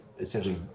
essentially